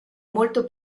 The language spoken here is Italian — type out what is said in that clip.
molto